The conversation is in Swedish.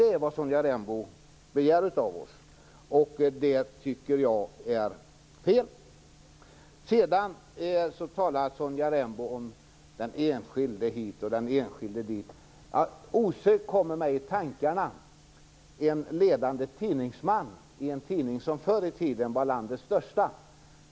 Det är vad Sonja Rembo begär av oss, och det tycker jag är fel. Sedan talar Sonja Rembo om den enskilde hit och den enskilde dit. Osökt kommer jag att tänka på en ledande tidningsman vid en tidning som förr i tiden var landets största.